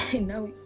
now